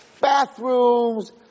Bathrooms